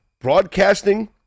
broadcasting